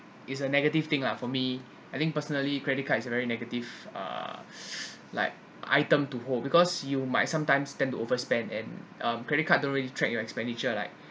is a negative thing lah for me I think personally credit card is a very negative uh like items to hold because you might sometimes tend to overspend and um credit card don't really track your expenditure like